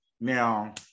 now